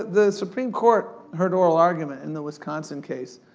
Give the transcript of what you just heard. the supreme court heard all argument in the wisconsin case.